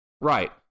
Right